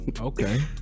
okay